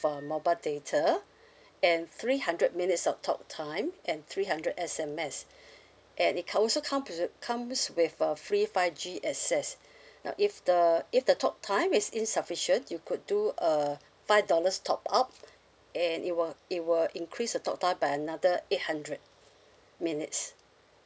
uh mobile data and three hundred minutes of talk time and three hundred S_M_S and it can also comes with comes with a free five G access now if the if the talk time is insufficient you could do a five dollars top up and it will it will increase the talk time by another eight hundred minutes